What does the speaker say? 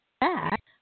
back